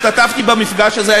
השתתפתי במפגש הזה,